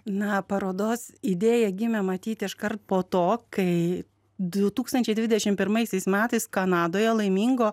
na parodos idėja gimė matyt iškart po to kai du tūkstančiai dvidešim pirmaisiais metais kanadoje laimingo